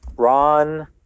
Ron